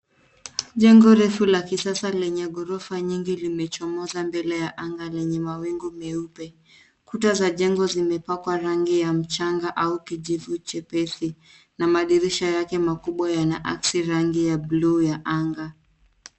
Jengo refu la kisasa lenye gorofa nyingi limechomoza mbele ya anga lenye mawingu meupe. Kuta za jengo zimepakwa rangi ya mchanga au kijivu chepesi, na madirisha yake makubwa yanaaksi rangi ya blue ya anga.